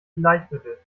bleichmittel